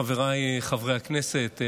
חבריי חברי הכנסת,